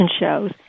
shows